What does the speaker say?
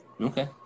Okay